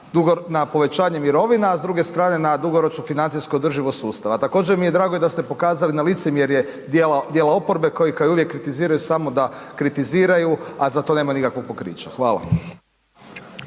na povećanje mirovina a s druge strane na dugoročnu financijsku održivost sustava. Također mi je drago i da ste pokazali na licemjerne dijela oporbe koji kao i uvijek kritiziraju samo da kritiziraju a za to nema nikakvog pokrića. Hvala.